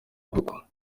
gukwa